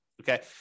okay